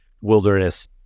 wilderness